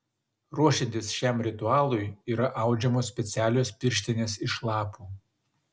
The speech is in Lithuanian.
ruošiantis šiam ritualui yra audžiamos specialios pirštinės iš lapų